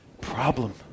Problem